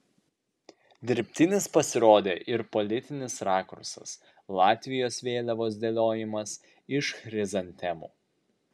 dirbtinis pasirodė ir politinis rakursas latvijos vėliavos dėliojimas iš chrizantemų